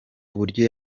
uburyo